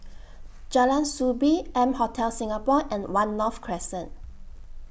Jalan Soo Bee M Hotel Singapore and one North Crescent